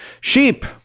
sheep